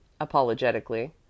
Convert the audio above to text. apologetically